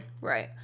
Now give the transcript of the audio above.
Right